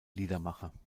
liedermacher